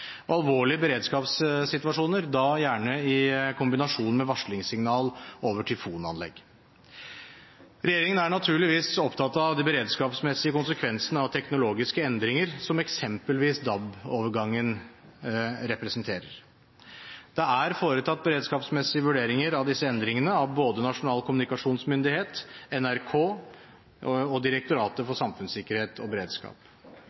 og alvorlige beredskapssituasjoner, da gjerne i kombinasjon med varslingssignal over tyfonanlegg. Regjeringen er naturligvis opptatt av de beredskapsmessige konsekvensene av teknologiske endringer som eksempelvis DAB-overgangen representerer. Det er foretatt beredskapsmessige vurderinger av disse endringene av både Nasjonal kommunikasjonsmyndighet, NRK og Direktoratet for samfunnssikkerhet og beredskap.